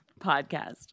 podcast